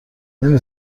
نمی